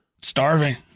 Starving